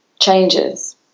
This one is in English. changes